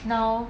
now